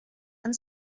and